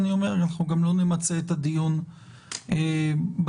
לא נמצה את הדיון הפעם,